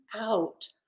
out